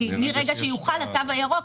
כי מרגע שיוחל התו הירוק,